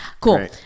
Cool